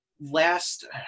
last